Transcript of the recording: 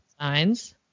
signs